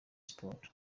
sports